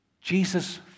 Jesus